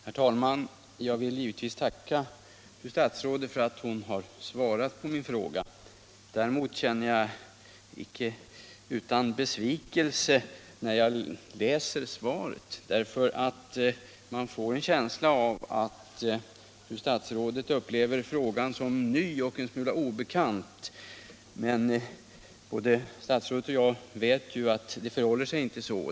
Herr talman! Jag vill givetvis tacka fru statsrådet för att hon har svarat på min fråga, men jag kan inte läsa svaret utan att känna besvikelse. Man får en känsla av att fru statsrådet upplever frågan som ny och en smula obekant, men både fru statsrådet och jag vet ju att det inte förhåller sig så.